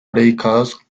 predicados